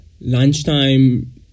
lunchtime